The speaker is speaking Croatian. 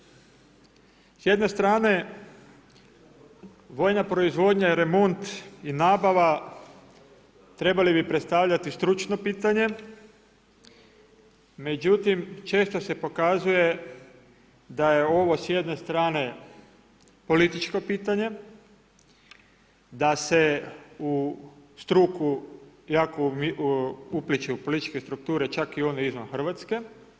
S jedne strane vojna proizvodnja i remont i nabava trebali bi predstavljati stručno pitanje, međutim često se pokazuje da je ovo s jedne strane političko pitanje, da se u struku jako upliću, u političke strukture čak i u one izvan Hrvatske.